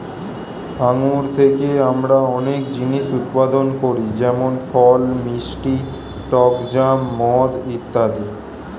আঙ্গুর থেকে আমরা অনেক জিনিস উৎপাদন করি যেমন ফল, মিষ্টি, টক জ্যাম, মদ ইত্যাদি